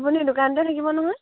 আপুনি দোকানতে থাকিব নহয়